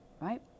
right